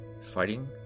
fighting